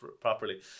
properly